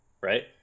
Right